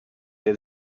der